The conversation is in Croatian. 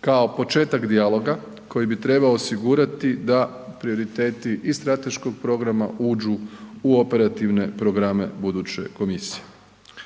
kao početak dijaloga koji bi trebao osigurati da prioriteti i strateškog programa uđu u operativne programe buduće komisije.